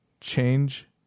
change